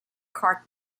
cartan